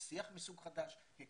שיח מסוג חדש,